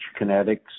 Kinetics